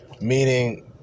meaning